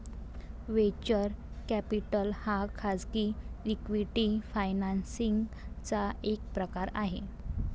venture capital हा खाजगी equity financing चा एक प्रकार आहे